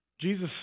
Jesus